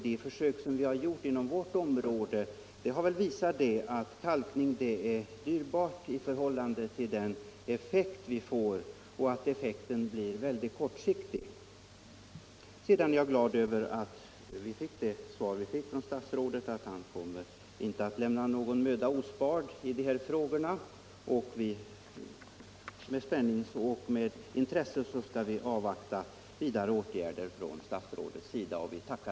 De försök som har gjorts inom vårt område har visat att kalkningen är dyrbar i förhållande till effekten, som blir väldigt kortsiktig. Jag är glad över statsrådets svar, och jag hoppas att han inte kommer att lämna någon möda ospard i dessa frågor. Vi kommer här att med intresse avvakta vidare åtgärder från statsrådets sida.